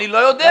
אני לא יודע.